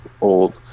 old